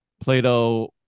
Plato